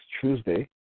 Tuesday